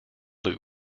luke